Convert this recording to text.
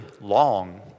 long